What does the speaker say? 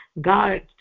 God